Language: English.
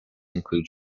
include